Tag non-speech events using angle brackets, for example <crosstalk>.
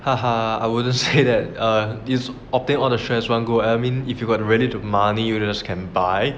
<laughs> I wouldn't say that err is obtained all the shares one go I mean if you got ready to money all those can buy